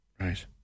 Right